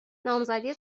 نامزدی